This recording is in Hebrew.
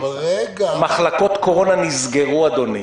מחלקות קורונה נסגרו, אדוני.